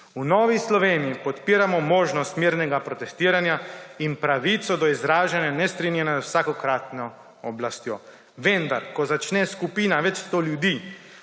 V Novi Sloveniji podpiramo možnost mirnega protestiranja in pravico do izražanja nestrinjanja z vsakokratno oblastjo. Vendar, ko začne skupine več sto ljudi